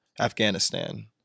Afghanistan